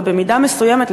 ובמידה מסוימת,